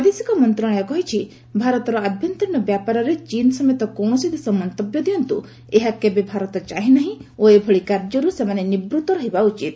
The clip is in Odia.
ବୈଦେଶିକ ମନ୍ତ୍ରଣାଳୟ କହିଛି ଭାରତର ଆଭ୍ୟନ୍ତରୀଣ ବ୍ୟାପାରରେ ଚୀନ୍ ସମେତ କୌଣସି ଦେଶ ମନ୍ତବ୍ୟ ଦିଅନ୍ତ ଏହା କେବେ ଭାରତ ଚାହେଁ ନାହିଁ ଓ ଏଭଳି କାର୍ଯ୍ୟରୁ ସେମାନେ ନିବୃତ୍ତ ରହିବା ଉଚିତ